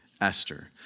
Esther